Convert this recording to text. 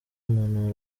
umuntu